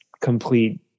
complete